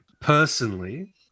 personally